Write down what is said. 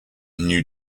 new